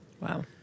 Wow